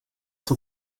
cent